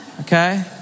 Okay